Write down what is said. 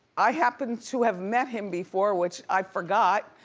i happen to have met him before, which i forgot.